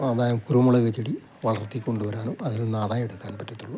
ആദായ കുരുമുളക് ചെടി വളർത്തിക്കൊണ്ട് വരാനും അതിൽ നടയെടുക്കാനും പറ്റത്തുള്ളു